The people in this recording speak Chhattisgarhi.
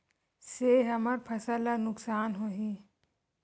से हमर फसल ला नुकसान होही?